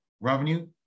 revenue